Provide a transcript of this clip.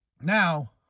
Now